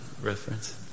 reference